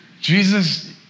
Jesus